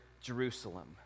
Jerusalem